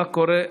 מה קורה,